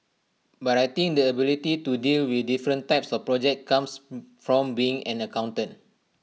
but I think the ability to deal with different types of projects comes from being an accountant